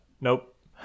Nope